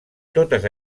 totes